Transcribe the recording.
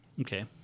Okay